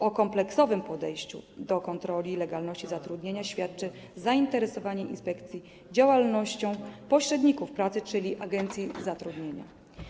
O kompleksowym podejściu do kontroli legalności zatrudnienia świadczy zainteresowanie inspekcji działalnością pośredników pracy, czyli agencji zatrudnienia.